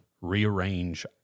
rearrange